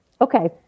Okay